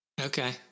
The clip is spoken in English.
Okay